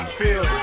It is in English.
feel